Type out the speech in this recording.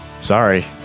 Sorry